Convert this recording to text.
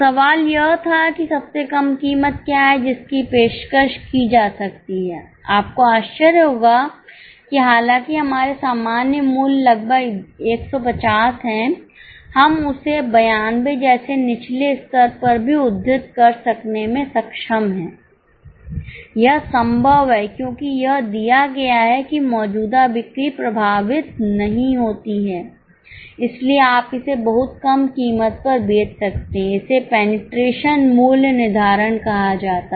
सवाल यह था कि सबसे कम कीमत क्या है जिसकी पेशकश की जा सकती है आपको आश्चर्य होगा कि हालांकि हमारे सामान्य मूल्य लगभग 150 हैं हम उसे 92 जैसे निचले स्तर पर भी उद्धृत कर सकने में सक्षम हैं यह संभव है क्योंकि यह दिया गया है कि मौजूदा बिक्री प्रभावित नहीं होती है इसलिए आप इसे बहुत कम कीमत पर बेच सकते हैं इसे पेनिट्रेशन मूल्य निर्धारण कहा जाता है